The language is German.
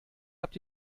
habt